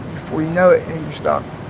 before you know it and you're stuck,